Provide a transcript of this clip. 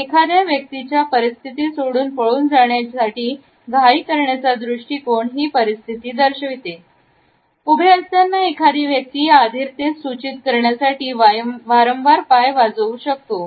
एखाद्या व्यक्तीच्या परिस्थिती सोडून पळून जाण्यासाठी घाई करण्याचा दृष्टीकोन दर्शवितात उभे असताना एखादी व्यक्ती या अधीरतेस सूचित करण्यासाठी वारंवार पाय वाजवू शकतो